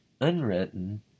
unwritten